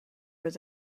was